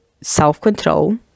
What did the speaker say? self-control